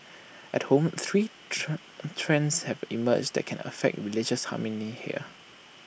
at home three trends have emerged that can affect religious harmony here